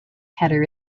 header